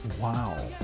Wow